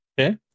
Okay